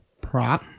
Prop